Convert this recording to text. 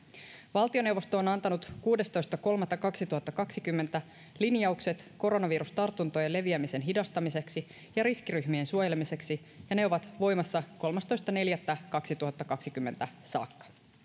valtioneuvosto on antanut kuudestoista kolmatta kaksituhattakaksikymmentä linjaukset koronavirustartuntojen leviämisen hidastamiseksi ja riskiryhmien suojelemiseksi ja ne ovat voimassa kolmastoista neljättä kaksituhattakaksikymmentä saakka